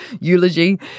eulogy